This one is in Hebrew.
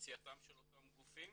ביציאתם של אותם גופים.